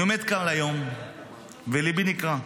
אני עומד כאן היום וליבי נקרע.